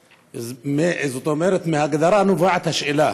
זאת אומרת שמההגדרה נובעת השאלה.